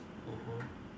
mmhmm